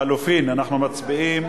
לחלופין, אנחנו מצביעים,